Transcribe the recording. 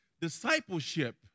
Discipleship